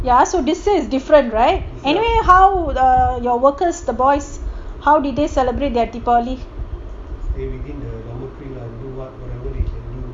ya so this year is different right anyway how old are your workers the boys how did they celebrate their deepavali